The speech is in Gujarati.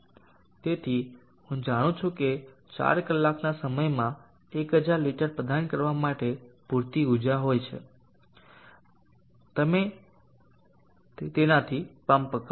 તેથી હું જાણું છું કે 4 કલાકના સમયમાં 1000 લિટર પ્રદાન કરવા માટે પૂરતી ઊર્જા હોય છે તેને તેમાંથી પંપ કરો